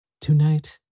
Tonight